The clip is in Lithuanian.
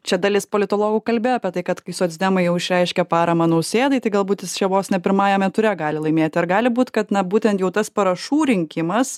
čia dalis politologų kalbėjo apie tai kad kai socdemai jau išreiškė paramą nausėdai tai galbūt jis čia vos na pirmajame ture gali laimėti ar gali būt kad na būtent jau tas parašų rinkimas